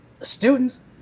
students